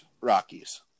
Rockies